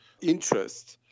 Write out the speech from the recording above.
interest